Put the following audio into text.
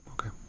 Okay